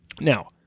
Now